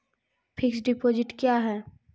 Fixed deposit क्या हैं?